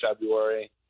February